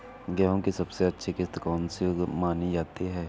गेहूँ की सबसे अच्छी किश्त कौन सी मानी जाती है?